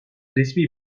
resmi